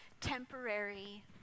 temporary